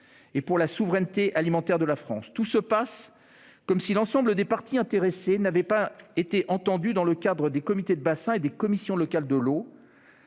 et pour la souveraineté alimentaire de la France. Tout se passe comme si l'ensemble des parties intéressées n'avaient pas été entendues dans le cadre des comités de bassin et des commissions locales de l'eau,